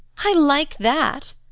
i like that!